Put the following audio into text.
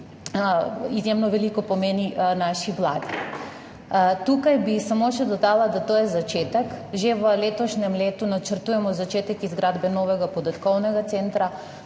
izjemno veliko pomeni naši vladi. Tukaj bi samo še dodala, da to je začetek, že v letošnjem letu načrtujemo začetek izgradnje novega podatkovnega centra,